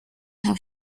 how